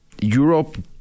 Europe